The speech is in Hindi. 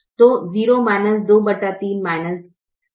तो 0 23 23 है